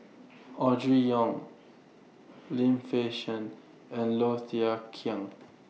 Audrey Yong Lim Fei Shen and Low Thia Khiang